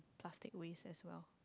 plastic waste as well